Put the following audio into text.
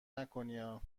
نکنیا